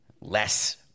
less